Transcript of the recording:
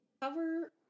cover